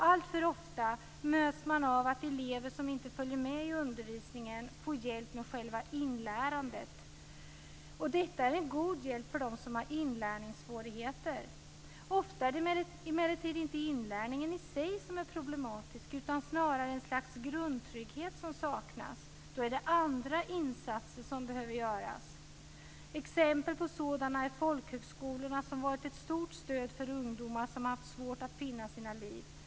Alltför ofta möts man av att elever som inte följer med i undervisningen får hjälp med själva inlärandet. Och detta är en god hjälp för dem som har inlärningssvårigheter. Ofta är det emellertid inte inlärningen i sig som är problematisk, utan snarare ett slags grundtrygghet som saknas. Då är det andra insatser som behöver göras. Exempel på sådana är folkhögskolorna, som varit ett stort stöd för ungdomar som haft svårt att finna sina liv.